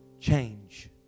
change